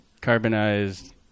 carbonized